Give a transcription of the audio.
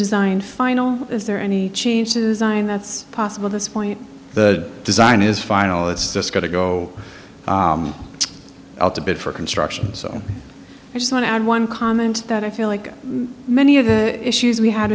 design final is there any changes i mean that's possible this point the design is final it's just got to go out a bit for construction so i just want to add one comment that i feel like many of the issues we had